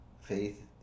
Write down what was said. Faith